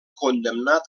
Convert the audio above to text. condemnat